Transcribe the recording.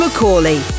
McCauley